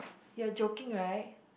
you are joking right